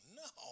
no